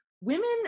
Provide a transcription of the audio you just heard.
women